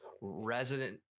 Resident